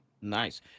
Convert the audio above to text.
Nice